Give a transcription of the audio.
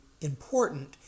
important